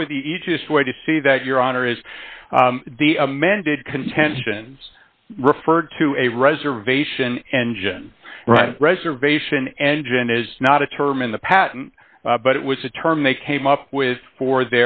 probably the easiest way to see that your honor is the amended contentions referred to a reservation engine reservation engine is not a term in the patent but it was a term they came up with for